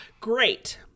great